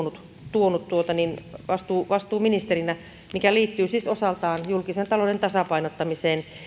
tuonut vastuuministerinä mikä liittyy siis osaltaan julkisen talouden tasapainottamiseen